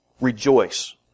rejoice